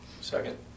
Second